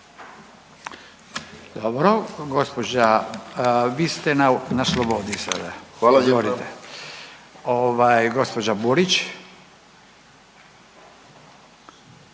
Dobro. Gospođa vi ste na slobodi sada, izvolite. Gospođa Burić,